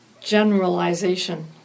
generalization